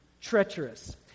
treacherous